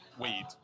Weed